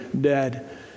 dead